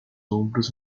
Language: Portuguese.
ombros